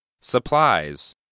Supplies